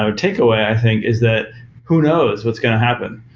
and takeaway, i think, is that who knows what's going to happen?